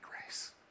grace